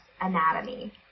anatomy